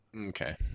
Okay